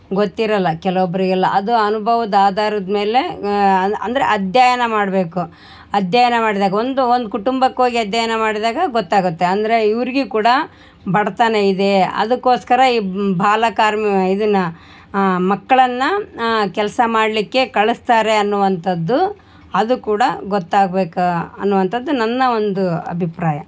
ಗೊತ್ತಿರೊಲ್ಲ ಕೆಲೊಬ್ಬರಿಗೆಲ್ಲ ಅದು ಅನುಭವದ್ ಆಧಾರದ್ ಮೇಲೆ ಅಂದರೆ ಅಧ್ಯಯನ ಮಾಡಬೇಕು ಅಧ್ಯಯನ ಮಾಡಿದಾಗ ಒಂದು ಒಂದು ಕುಟುಂಬಕ್ಕೆ ಹೋಗಿ ಅಧ್ಯಯನ ಮಾಡಿದಾಗ ಗೊತ್ತಾಗುತ್ತೆ ಅಂದರೆ ಇವ್ರಿಗು ಕೂಡ ಬಡತನ ಇದೆ ಅದಕೋಸ್ಕರ ಈ ಬಾಲಕಾರ್ಮಿಕ ಇದನ್ನು ಮಕ್ಳನ್ನು ಕೆಲಸ ಮಾಡಲಿಕ್ಕೆ ಕಳಿಸ್ತಾರೆ ಅನ್ನುವಂಥದ್ದು ಅದು ಕೂಡ ಗೊತ್ತಾಗ್ಬೇಕು ಅನ್ನುವಂಥದ್ ನನ್ನ ಒಂದು ಅಭಿಪ್ರಾಯ